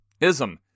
ism